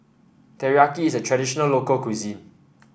Teriyaki is a traditional local cuisine